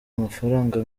amafaranga